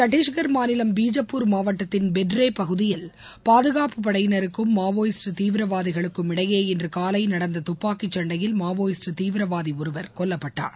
சத்தீஸ்கள் மாநிலம் பிஜப்பூர் மாவட்டத்தின் பெத்ரே பகுதியில் பாதுகாப்பு படையினருக்கும் மாவோயிஸ்ட் தீவிரவாதிகளுக்கும் இடையே இன்று காலை நடந்த துப்பாக்கி சண்டையில் மாவோயிஸ்ட் தீவிரவாதி ஒருவர் கொல்லப்பட்டார்